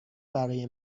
برای